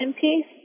piece